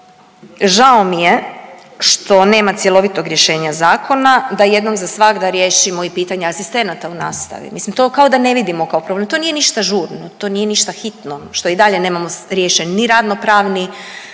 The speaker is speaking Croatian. Žao mi je što nema cjelovitog rješenja zakona, da jednom za svagda riješimo i pitanja asistenata u nastavi. Mislim to kao da ne vidimo kao problem, to nije ništa žurno, to nije ništa hitno što i dalje nemamo riješen ni radno-pravni